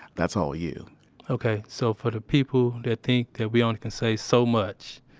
that's all you okay. so, for the people that think that we only can say so much,